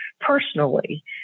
personally